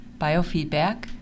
biofeedback